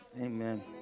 Amen